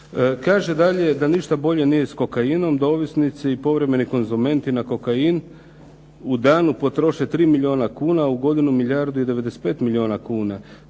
Kaže dalje da ništa bolje nije s kokainom, da ovisnici i povremeni konzumenti na kokain u danu potroše 3 milijuna kuna, u godinu milijardu i 95 milijuna kuna.